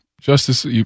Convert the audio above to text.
Justice